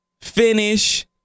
Finish